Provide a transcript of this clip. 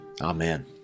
Amen